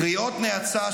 קריאות נאצה,